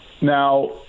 Now